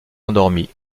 endormie